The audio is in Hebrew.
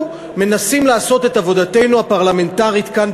אנחנו מנסים לעשות את עבודתנו הפרלמנטרית כאן,